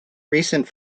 recent